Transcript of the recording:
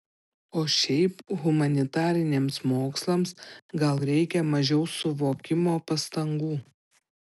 o šiaip humanitariniams mokslams gal reikia mažiau suvokimo pastangų